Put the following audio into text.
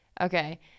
okay